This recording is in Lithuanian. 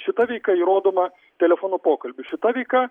šita veika įrodoma telefono pokalbiu šita veika